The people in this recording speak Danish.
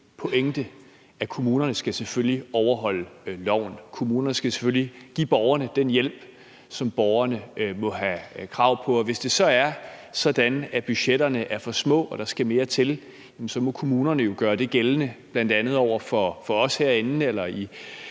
pointe, at kommunerne selvfølgelig skal overholde loven. Kommunerne skal selvfølgelig give borgerne den hjælp, som borgerne må have krav på. Og hvis det så er sådan, at budgetterne er for små og der skal mere til, jamen så må kommunerne jo gøre det gældende bl.a. over for os herinde eller i